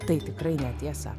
tai tikrai netiesa